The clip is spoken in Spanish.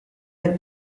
del